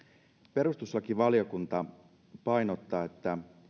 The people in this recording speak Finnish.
perustuslakivaliokunta painottaa että